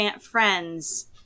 friends